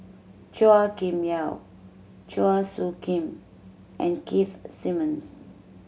Chua Kim Yeow Chua Soo Khim and Keith Simmons